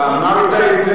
אתה אמרת את זה.